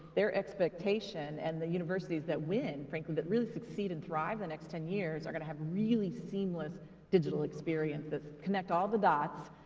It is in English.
their expectation and the universities that win, frankly, that really succeed and thrive the next ten years are going to have really seamless digital experiences, connect all the dots